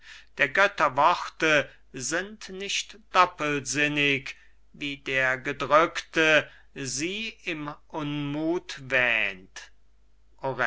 der götter worte sind nicht doppelsinnig wie der gedrückte sie im unmuth wähnt